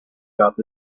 gab